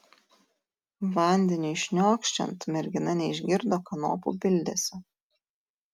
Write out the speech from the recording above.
vandeniui šniokščiant mergina neišgirdo kanopų bildesio